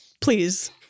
please